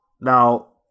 Now